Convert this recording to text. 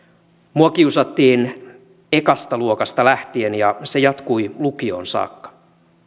mua kiusattiin ekasta luokasta lähtien ja se jatkui lukioon saakka